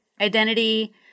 identity